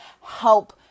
help